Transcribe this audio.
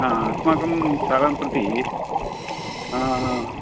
हा अस्माकं स्थानं प्रति